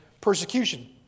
persecution